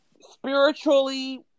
spiritually